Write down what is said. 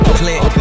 click